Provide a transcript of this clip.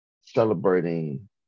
celebrating